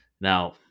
Now